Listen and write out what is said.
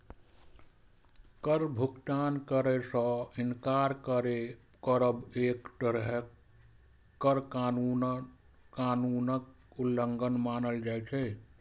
कर भुगतान करै सं इनकार करब एक तरहें कर कानूनक उल्लंघन मानल जाइ छै